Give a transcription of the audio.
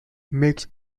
makes